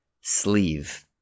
Sleeve